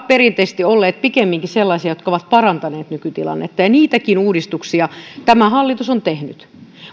perinteisesti olleet pikemminkin sellaisia jotka ovat parantaneet nykytilannetta ja niitäkin uudistuksia tämä hallitus on tehnyt